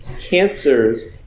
cancers